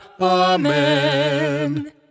Amen